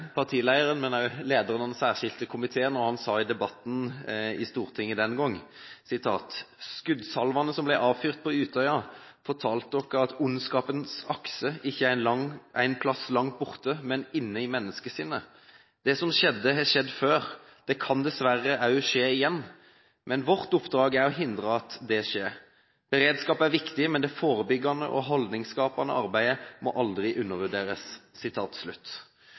borte, men inne i menneskesinnet. Det som skjedde, har skjedd før. Det kan dessverre òg skje igjen, men det er vårt oppdrag å hindre at det skjer. Beredskap er viktig, men det førebyggjande og haldningsskapande arbeidet må aldri